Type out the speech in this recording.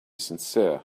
sincere